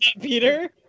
Peter